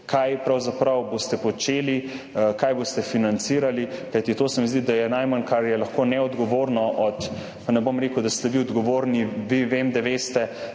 pravzaprav počeli, kaj boste financirali? Kajti to se mi zdi, da je najmanj, kar je lahko, neodgovorno od – pa ne bom rekel, da ste vi odgovorni, vi vem, da veste,